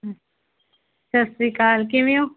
ਸਤਿ ਸ਼੍ਰੀ ਅਕਾਲ ਕਿਵੇਂ ਹੋ